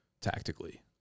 tactically